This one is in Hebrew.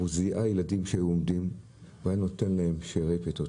זיהה ילדים שהיו עומדים והיה נותן להם שארי פיתות,